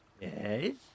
Yes